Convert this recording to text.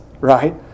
right